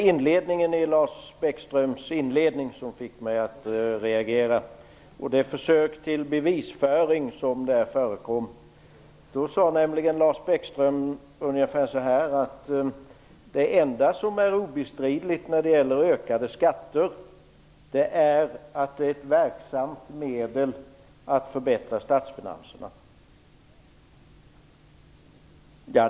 Fru talman! Det var det försök till bevisföring som förekom i inledningen till Lars Bäckströms huvudanförande som fick mig att reagera. Där sade Lars Bäckström att det enda som är obestridligt när det gäller skatteökningar är att de är ett verksamt medel för att förbättra statsfinanserna.